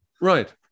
Right